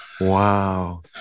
wow